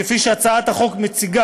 כפי שהצעת החוק מציגה,